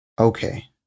Okay